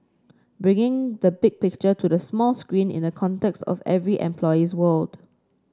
bringing the big picture to the 'small screen' in the context of every employee's world